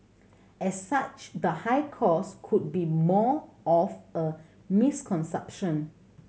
as such the high cost could be more of a misconception